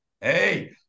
Hey